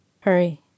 Hurry